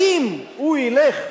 האם הוא ילך,